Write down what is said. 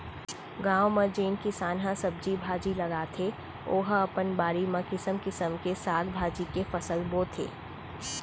गाँव म जेन किसान ह सब्जी भाजी लगाथे ओ ह अपन बाड़ी म किसम किसम के साग भाजी के फसल बोथे